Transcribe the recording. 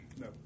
No